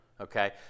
okay